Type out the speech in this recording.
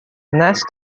nest